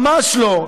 ממש לא.